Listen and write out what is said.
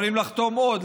יכולים לחתום עוד,